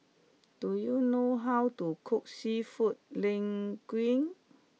do you know how to cook Seafood Linguine